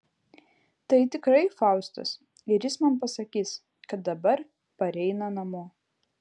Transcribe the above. tai tikrai faustas ir jis man pasakys kad dabar pareina namo